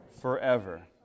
forever